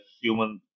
human